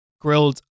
grilled